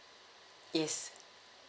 yes